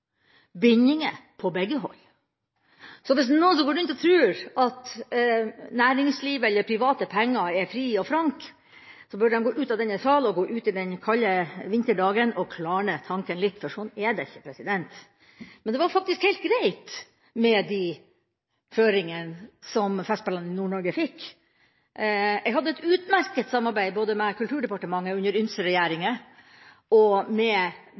Så hvis noen går rundt og tror at næringslivets penger eller private penger betyr å være fri og frank, bør de gå ut av denne sal og ut i den kalde vinterdagen og klarne tanken litt, for sånn er det ikke. Men det var faktisk helt greit med de føringene som Festspillene i Nord-Norge fikk. Jeg hadde et utmerket samarbeid både med Kulturdepartementet under ymse regjeringer og med